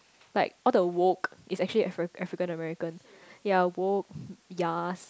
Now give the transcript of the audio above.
like how to vote is actually African American yea vote yes